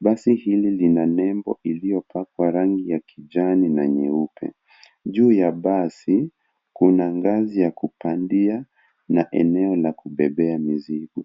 Basi hili lina nembo iliyopakwa rangi ya kijani na nyeupe. Juu ya basi kuna ngazi ya kupandia na eneo la kubebea mizigo.